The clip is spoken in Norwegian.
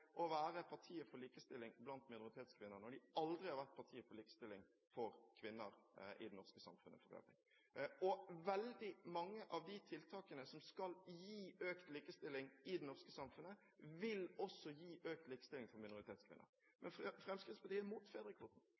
aldri har vært partiet for likestilling for kvinner i det norske samfunnet for øvrig. Veldig mange av de tiltakene som skal gi økt likestilling i det norske samfunnet, vil også gi økt likestilling for minoritetskvinner. Men Fremskrittspartiet er imot fedrekvoten,